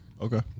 Okay